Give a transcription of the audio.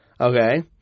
Okay